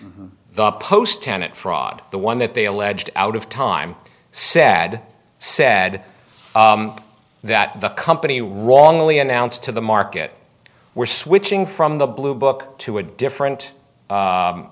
the post tenet fraud the one that they alleged out of time sad said that the company wrongly announced to the market were switching from the blue book to a different